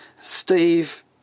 Steve